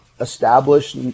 established